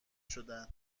شدن